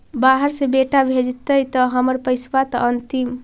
बाहर से बेटा भेजतय त हमर पैसाबा त अंतिम?